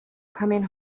coming